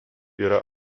yra